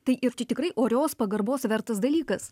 tai ir čia tikrai orios pagarbos vertas dalykas